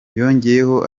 yongeyeho